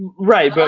right, but